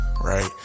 right